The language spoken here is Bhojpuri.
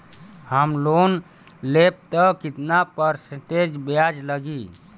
हम लोन लेब त कितना परसेंट ब्याज लागी?